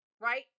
right